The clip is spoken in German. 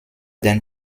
den